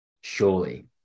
Surely